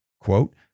quote